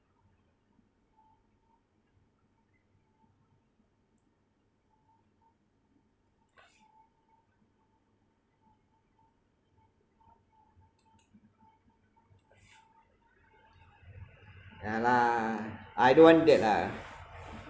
yeah lah I don't want that lah